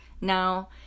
Now